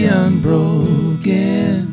unbroken